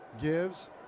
gives